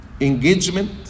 Engagement